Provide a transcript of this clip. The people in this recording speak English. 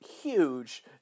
huge